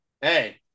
hey